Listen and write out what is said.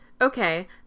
Okay